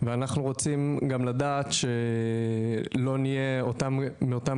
ואנחנו רוצים גם לדעת שלא נהיה מאותם